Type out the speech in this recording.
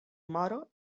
moro